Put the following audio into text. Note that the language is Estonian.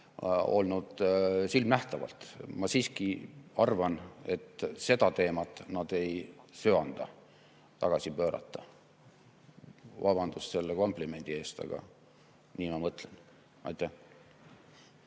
olnud silmanähtavalt. Ma siiski arvan, et seda teemat nad ei söanda tagasi pöörata. Vabandust selle komplimendi pärast, aga nii ma mõtlen. Signe